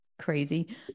crazy